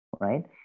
right